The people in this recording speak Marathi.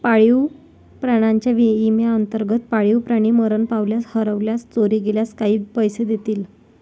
पाळीव प्राण्यांच्या विम्याअंतर्गत, पाळीव प्राणी मरण पावल्यास, हरवल्यास, चोरी गेल्यास काही पैसे देतील